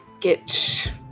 get